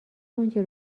آنچه